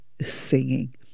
singing